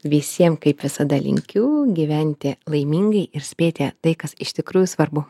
visiems kaip visada linkiu gyventi laimingai ir spėti tai kas iš tikrųjų svarbu